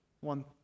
one